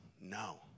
no